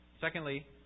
Secondly